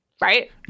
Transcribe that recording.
Right